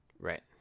Right